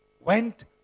went